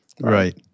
Right